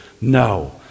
No